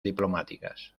diplomáticas